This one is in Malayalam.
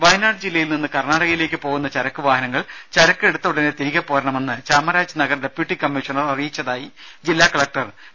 രുമ വയനാട് ജില്ലയിൽ നിന്നു കർണാടകത്തിലേക്ക് പോകുന്ന ചരക്കു വാഹനങ്ങൾ ചരക്ക് എടുത്ത ഉടനെ തിരികെ പോരണമെന്ന് ചാമരാജ്നഗർ ഡെപ്യൂട്ടി കമ്മീഷണർ അറിയിച്ചതായി ജില്ലാ കലക്ടർ ഡോ